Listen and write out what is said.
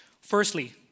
Firstly